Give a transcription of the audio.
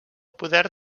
poder